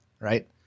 right